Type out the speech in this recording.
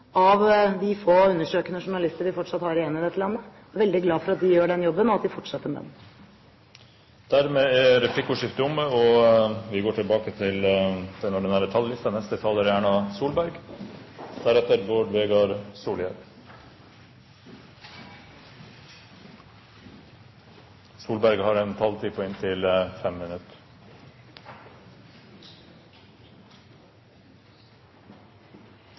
av de få undersøkende journalistene vi har igjen i dette landet. Jeg er veldig glad for at de gjør den jobben, og at de fortsetter med den. Replikkordskiftet er omme. Opplysningsplikten er en hjørnesten i vårt demokrati. Den er grunnlovsfestet. Den er